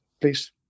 please